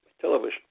television